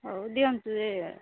ହଉ ଦିଅନ୍ତୁ